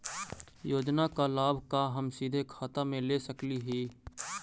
योजना का लाभ का हम सीधे खाता में ले सकली ही?